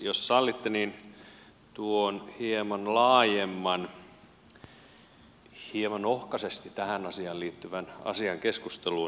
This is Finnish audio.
jos sallitte niin tuon hieman laajemman hieman ohkaisesti tähän asiaan liittyvän asian keskusteluun